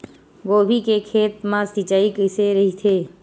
गोभी के खेत मा सिंचाई कइसे रहिथे?